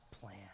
plan